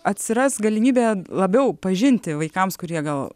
atsiras galimybė labiau pažinti vaikams kurie gal